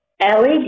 LED